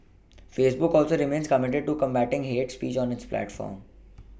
Facebook also remains committed to combating hate speech on its platform